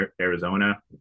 Arizona